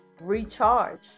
recharge